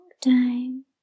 time